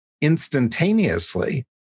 instantaneously